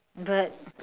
but